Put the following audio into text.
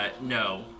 no